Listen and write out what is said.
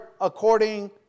according